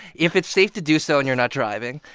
if it's safe to do so and you're not driving.